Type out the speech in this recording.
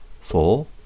Four